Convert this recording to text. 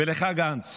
ולך, גנץ,